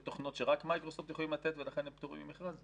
תוכנות שרק מייקרוסופט יכולים לתת ולכן הם פטורים ממכרז?